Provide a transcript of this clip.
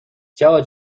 جواد